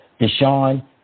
Deshaun